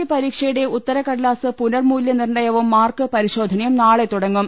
C പരീക്ഷയുടെ ഉത്തരക്കടലാസ് പുനർ മൂല്യനിർണ്യവും മാർക്ക് പരിശോധനയും നാളെ തുടങ്ങും